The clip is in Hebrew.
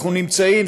אנחנו נמצאים,